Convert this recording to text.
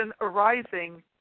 arising